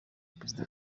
perezida